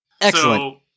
Excellent